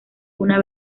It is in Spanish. una